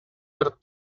your